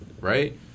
right